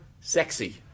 sexy